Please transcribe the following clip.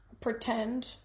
pretend